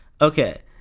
Okay